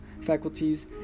faculties